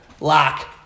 lock